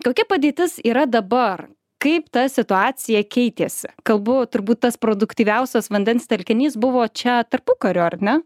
kokia padėtis yra dabar kaip ta situacija keitėsi kalbu turbūt tas produktyviausias vandens telkinys buvo čia tarpukariu ar ne